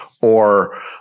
Or-